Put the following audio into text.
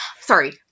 sorry